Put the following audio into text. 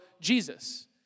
Jesus